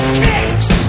kicks